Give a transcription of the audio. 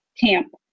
camp